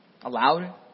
allowed